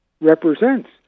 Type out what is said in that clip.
represents